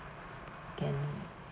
can